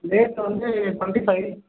date வந்து twenty five